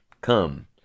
come